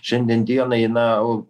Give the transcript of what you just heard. šiandien dienai na o